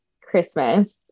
Christmas